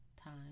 time